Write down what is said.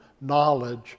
knowledge